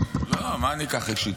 לא, מה אני אקח אישית.